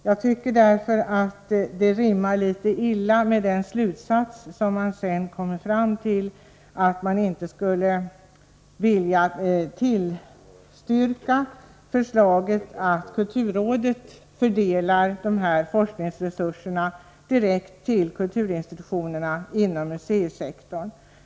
Jag tycker emellertid att detta uttalande av Ingrid Sundberg rimmar illa med den slutsats som moderaterna kommit fram till, när de inte vill tillstyrka förslaget att kulturrådet skall fördela dessa forskningsresurser direkt till kulturinstitutionerna inom museisektorn.